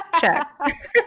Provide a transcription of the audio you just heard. check